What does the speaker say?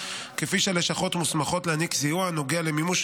כפי שהלשכות המוסמכות להעניק סיוע הנוגע למימוש